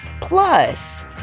Plus